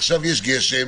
עכשיו יש גשם